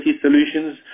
solutions